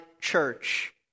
church